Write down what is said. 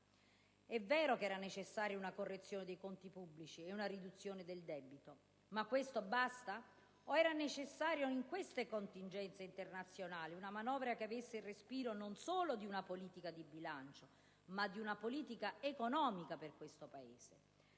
È vero che era necessaria una correzione dei conti pubblici e una riduzione del debito: ma questo basta? O era necessaria, in queste contingenze internazionali, una manovra che avesse il respiro non solo di una politica di bilancio, ma anche di una visione della politica economica di questo Paese?